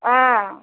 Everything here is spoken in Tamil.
ஆ